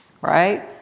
right